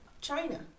China